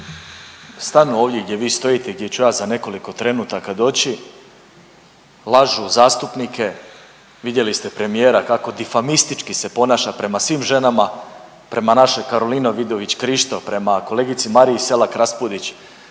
Stanu ovdje gdje vi stojite i gdje ću ja za nekoliko trenutaka doći, lažu zastupnike, vidjeli ste premijera kako difamistički se ponaša prema svim ženama, prema našoj Karolini Vidović Krišto, prema kolegici Mariji Selak Raspudić,